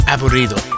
Aburrido